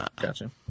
Gotcha